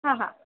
હા હા